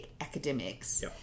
academics